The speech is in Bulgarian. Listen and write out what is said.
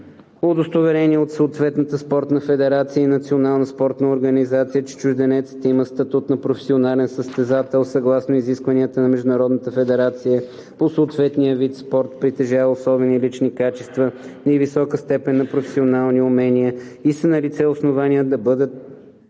удостоверение от съответната спортна федерация и национална спортна организация, че чужденецът има статут на професионален състезател съгласно изискванията на международната федерация по съответния вид спорт, притежава особени лични качества и висока степен на професионални умения и са налице основанията да бъде